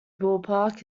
ballpark